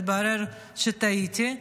התברר שטעיתי.